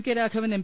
K Raghavan M